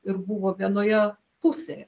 ir buvo vienoje pusėje